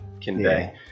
convey